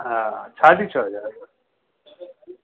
हा साढी छह हज़ार